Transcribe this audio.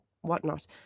whatnot